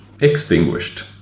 Extinguished